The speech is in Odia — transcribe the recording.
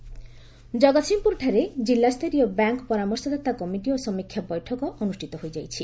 ବୈଠକ ଜଗତ୍ସିଂହପୁରଠାରେ ଜିଲ୍ଲାସ୍ତରୀୟ ବ୍ୟାଙ୍କ ପରାମର୍ଶଦାତା କମିଟି ଓ ସମୀକ୍ଷା କମିଟି ବୈଠକ ଅନୁଷ୍ଠିତ ହୋଇଯାଇଛି